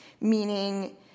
meaning